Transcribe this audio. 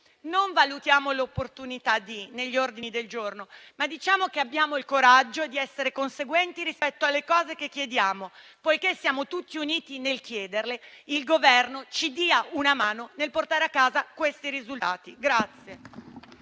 «valutiamo l'opportunità di» negli ordini del giorno; diciamo piuttosto che abbiamo il coraggio di essere conseguenti rispetto alle cose che chiediamo, poiché siamo tutti uniti nel chiederle. Il Governo ci dia una mano nel portare a casa questi risultati.